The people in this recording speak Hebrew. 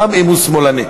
גם אם הוא שמאלני.